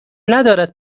ندارد